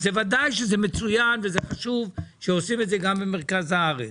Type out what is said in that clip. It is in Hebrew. אז בוודאי שזה מצוין וזה חשוב שעושים את זה גם במרכז הארץ,